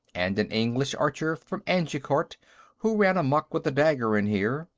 and an english archer from agincourt who ran amok with a dagger in here,